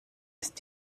ist